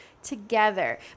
Together